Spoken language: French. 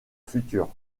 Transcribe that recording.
future